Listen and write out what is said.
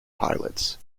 pilots